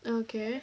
okay